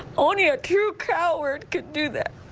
on your cue coward could do that.